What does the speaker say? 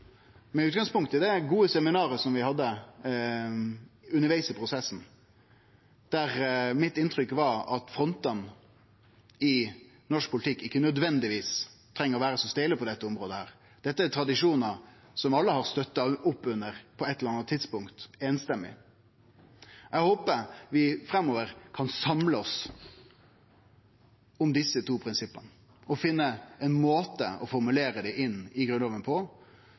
med utgangspunkt i det gode seminaret som vi hadde undervegs i prosessen, der mitt inntrykk var at frontane i norsk politikk ikkje nødvendigvis treng å vere så steile på dette området; dette er tradisjonar som alle samrøystes har støtta opp under på eit eller anna tidspunkt – kan samle oss om desse to prinsippa og finne ein måte å formulere det på i